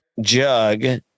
Jug